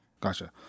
Gotcha